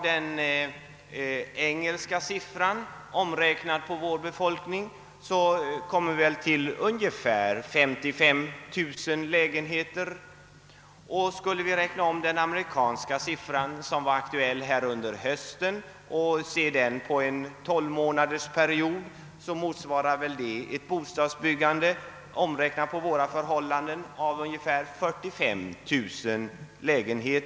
Den engelska siffran blir omräknad på vår befolkning ungefär 55 000. Räknar vi om den amerikanska siffra, som var aktuell under hösten, till våra förhållanden motsvarar den ett bostadsbyggande av omkring 45 000 lägenheter på en 12-månadersperiod.